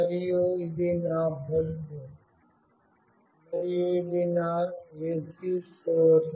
మరియు ఇది నా బల్బ్ మరియు ఇది నా AC సోర్స్